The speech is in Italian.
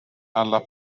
alla